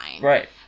Right